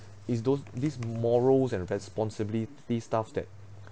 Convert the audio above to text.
is those these morals and responsibilities stuffs that